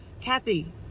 Kathy